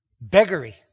beggary